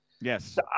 Yes